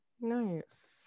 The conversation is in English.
nice